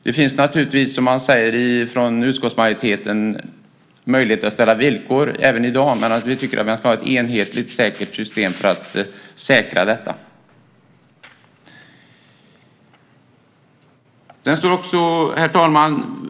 Det finns naturligtvis, som man säger från utskottsmajoriteten, möjlighet att ställa villkor även i dag. Vi tycker att man ska ha ett enhetligt säkert system för att säkra detta. Herr talman!